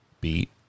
beat